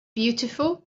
beautiful